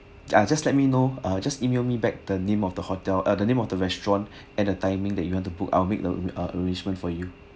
ah just let me know ah just email me back the name of the hotel uh the name of the restaurant and the timing that you want to book I'll make the ah arrangement for you